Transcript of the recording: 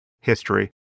history